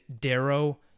Darrow